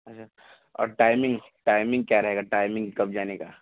और timing timing क्या रहेगा टाइमिंग कब जाने का